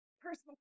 personal